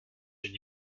une